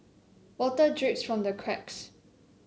water drips from the cracks